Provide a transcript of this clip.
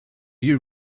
you